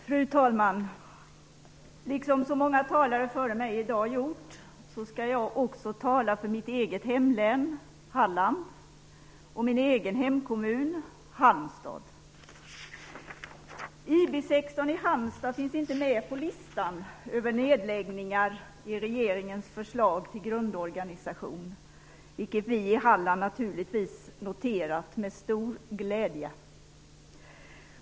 Fru talman! Som så många talare före mig i dag, skall jag tala för mitt eget hemlän, Halland, och min hemkommun, Halmstad. IB 16 i Halmstad finns inte med på listan över det som skall läggas ned i regeringens förslag till grundorganisation. Det har vi i Halland naturligtvis noterat med stor glädje.